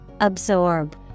Absorb